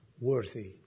Worthy